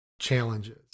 challenges